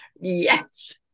Yes